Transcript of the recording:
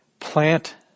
plant